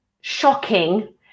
shocking